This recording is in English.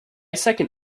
second